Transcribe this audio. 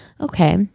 Okay